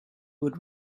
would